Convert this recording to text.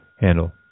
handle